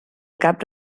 cap